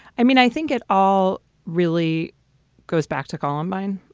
i mean, i think it all really goes back to columbine.